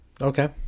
Okay